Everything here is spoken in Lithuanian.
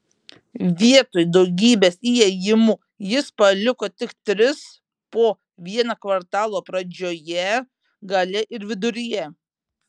vietoj daugybės įėjimų jis paliko tik tris po vieną kvartalo pradžioje gale ir viduryje